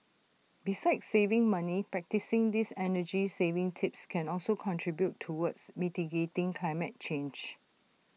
besides saving money practising these energy saving tips can also contribute towards mitigating climate change